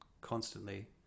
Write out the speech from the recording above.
constantly